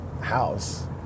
house